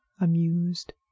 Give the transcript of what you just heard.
amused